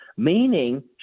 meaning